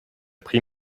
pris